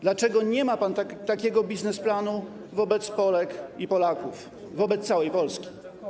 Dlaczego nie ma pan takiego biznesplanu wobec Polek i Polaków, wobec całej Polski?